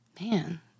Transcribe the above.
Man